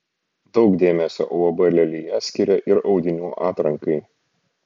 daug dėmesio uab lelija skiria ir audinių atrankai